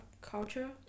culture